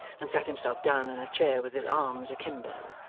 and sat himself down in a chair with his arms akimbo.